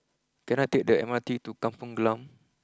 can I take the M R T to Kampong Glam